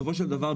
בסופו של דבר,